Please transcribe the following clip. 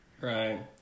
Right